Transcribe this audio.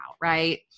Right